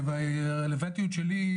והרלוונטיות שלי,